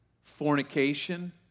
fornication